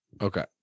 Okay